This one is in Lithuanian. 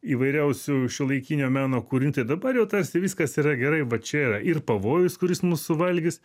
įvairiausių šiuolaikinio meno kūrinių tai dabar jau tarsi viskas yra gerai va čia yra ir pavojus kuris mus suvalgys